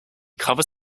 covers